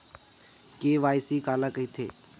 KYC काला कइथे?